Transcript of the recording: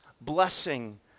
blessing